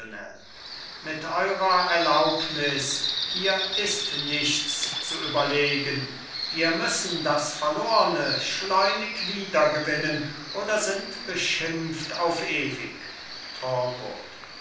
mit eurer erlaubnis hier ist nichts zu überlegen wir müssen das verlorne schleunig wieder gewinnen oder sind beschimpft auf ewig